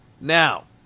Now